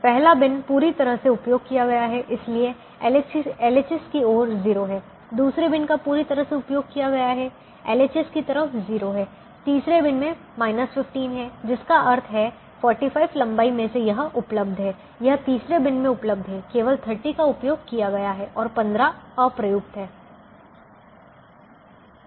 पहला बिन पूरी तरह से उपयोग किया गया है इसलिए LHS की ओर 0 है दूसरे बिन का पूरी तरह से उपयोग किया गया है LHS की तरफ 0 है तीसरे बिन में 15 है जिसका अर्थ है 45 लंबाई में से यह उपलब्ध है यह तीसरे बिन में उपलब्ध है केवल 30 का उपयोग किया गया है और 15 अप्रयुक्त है